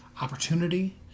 opportunity